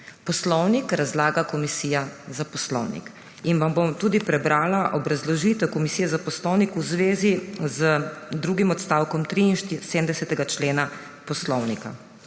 Poslovnik razlaga Komisija za poslovnik. Vam bom tudi prebrala obrazložitev Komisije za poslovnik v zvezi z drugim odstavkom 73. člena Poslovnika,